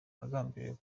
agambiriye